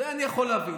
את זה אני יכול להבין.